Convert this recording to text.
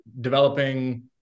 developing